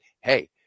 hey